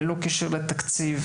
ללא קשר לתקציב.